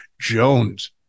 Jones